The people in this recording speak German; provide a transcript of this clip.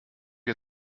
ihr